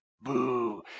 boo